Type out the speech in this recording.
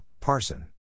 Parson